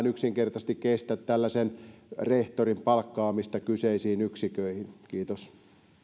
yksinkertaisesti millään kestä tällaisen rehtorin palkkaamista kyseisiin yksiköihin kiitos